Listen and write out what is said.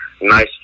nice